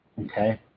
okay